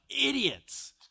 idiots